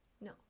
No